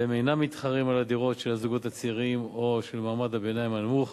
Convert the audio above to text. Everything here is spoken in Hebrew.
והם אינם מתחרים על הדירות של הזוגות הצעירים או של מעמד הביניים הנמוך